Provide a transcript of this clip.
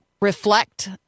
reflect